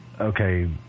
okay